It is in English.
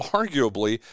arguably